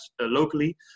locally